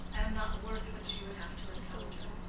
i am not worth what you would have to encounter.